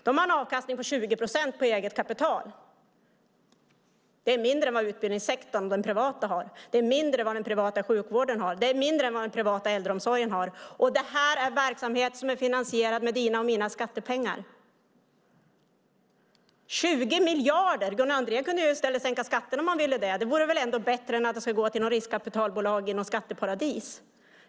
Bankerna har 20 procents avkastning på eget kapital. Det är mindre än vad den privata utbildningssektorn, den privata sjukvården och den privata äldreomsorgen har. Detta gäller alltså en verksamhet finansierad med dina och mina skattepengar, Gunnar Andrén! 20 miljarder handlar det alltså om. Gunnar Andrén kunde i stället, om han skulle vilja det, sänka skatter. Det vore väl bättre än att pengarna går till ett riskkapitalbolag i något skatteparadis.